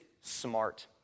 smart